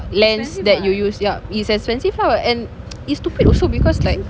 lens that you use yup it's expensive lah and it's stupid also because like